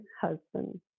husband